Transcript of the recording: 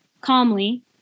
calmly